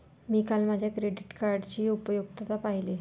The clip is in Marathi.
मी काल माझ्या क्रेडिट कार्डची उपयुक्तता पाहिली